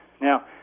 Now